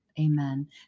Amen